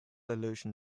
illusion